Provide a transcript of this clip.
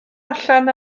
allan